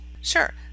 Sure